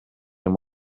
amb